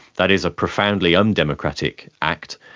that is a profoundly undemocratic act.